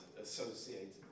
associated